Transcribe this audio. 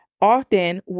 Often